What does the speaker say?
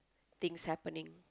things happening